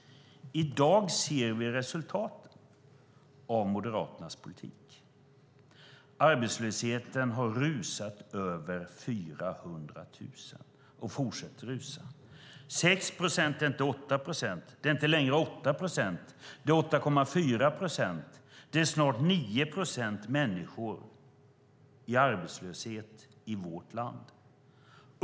I dag ser vi resultatet av Moderaternas politik. Arbetslösheten har rusat över 400 000 och fortsätter att rusa. 6 procent har blivit 8 procent som har blivit 8,4 procent. Det är snart 9 procent som är i arbetslöshet i vårt land.